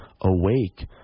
awake